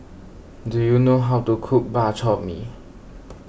do you know how to cook Bak Chor Mee